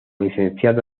licenciado